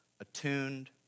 attuned